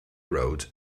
road